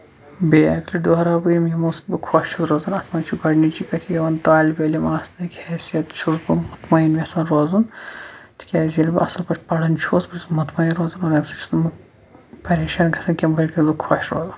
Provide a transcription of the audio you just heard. بیٚیہِ اَکہِ لَٹہِ دۅہراو بہٕ یِمو سۭتۍ بہٕ خۄش چھُس روزان اَتھ منٛز چھِ گۄڈنِچی کَتھ یِوان طالبہِ علم آسنہٕ کہِ حیثیت چھُس بہٕ مُطمٔیٖن یَژھان روزُن تِکیازِ ییٚلہِ بہٕ اَصٕل پٲٹھۍ پَران چھُس بہٕ چھُس مُطمٔیٖن روزان امہِ سٍتۍ چھُس نہٕ بہٕ پَریشان گژھان کیٚنٛہہ بٔلکہِ چھُس بہٕ خۄش روزان